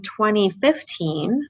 2015